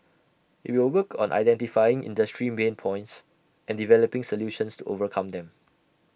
IT will work on identifying industry pain points and developing solutions to overcome them